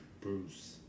Bruce